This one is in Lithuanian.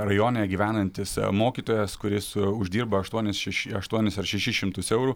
rajone gyvenantis mokytojas kuris uždirba aštuonis šeši aštuonis ar šešis šimtus eurų